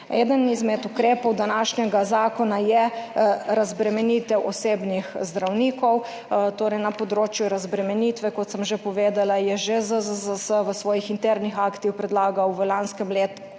Eden izmed ukrepov današnjega zakona je razbremenitev osebnih zdravnikov. Torej, na področju razbremenitve, kot sem že povedala, je že ZZZS v svojih internih aktih predlagal v lanskem letu